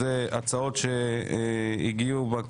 הצעת חוק לפינוי שדות מוקשים (תיקון מס' 2),